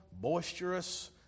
boisterous